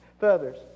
feathers